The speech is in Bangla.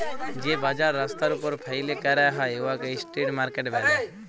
যে বাজার রাস্তার উপর ফ্যাইলে ক্যরা হ্যয় উয়াকে ইস্ট্রিট মার্কেট ব্যলে